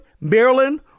Maryland